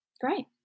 Great